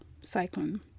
cyclone